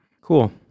Cool